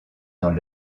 dans